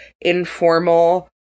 informal